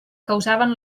causaven